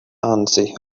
anzi